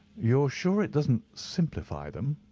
you're sure it doesn't simplify them?